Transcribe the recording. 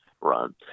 run